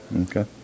Okay